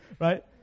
Right